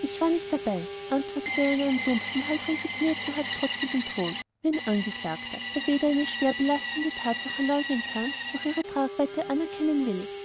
ich war nicht dabei antwortete er in einem dumpfen halb resignierten halb trotzigen ton wie ein angeklagter der weder eine schwer belastende tatsache leugnen kann noch ihre tragweite anerkennen will